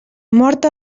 mort